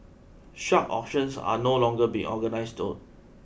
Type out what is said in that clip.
such auctions are no longer being organised though